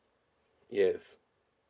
yes